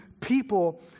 people